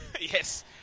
Yes